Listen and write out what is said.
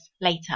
later